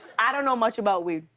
i don't know much about weed.